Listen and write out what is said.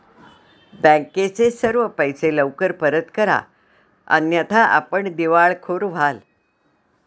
बँकेचे सर्व पैसे लवकर परत करा अन्यथा आपण दिवाळखोर व्हाल